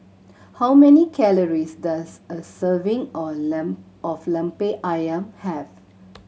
how many calories does a serving on of Lemper Ayam have